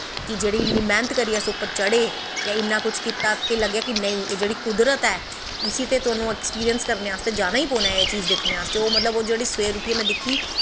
कि जेह्ड़ी इन्नी मैह्नत करियै अस उप्पर चढ़े जां इन्ना कुछ कीता ते लग्गेआ कि एह् जेह्ड़ी कुदरत ऐ इस्सी ते तुआनू ऐक्सपिंरिंस करने आस्तै जाना गै पौना ऐ दिक्खने आस्तै ओह् मतलब कि सवेर जेह्ड़ी में दिक्खी